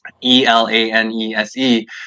E-L-A-N-E-S-E